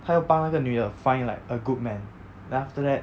他要帮那个女的 find like a good man then after that